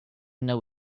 know